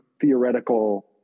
theoretical